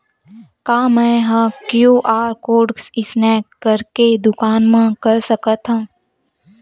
का मैं ह क्यू.आर कोड स्कैन करके दुकान मा कर सकथव?